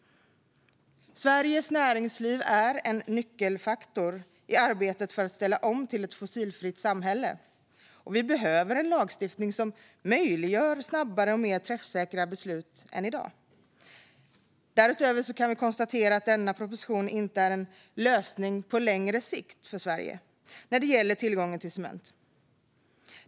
Sveriges näringsliv är en nyckelfaktor i arbetet för att ställa om till ett fossilfritt samhälle, och vi behöver en lagstiftning som möjliggör snabbare och mer träffsäkra beslut än i dag. Därutöver kan vi konstatera att denna proposition inte är en lösning för Sverige på längre sikt när det gäller tillgången till cement.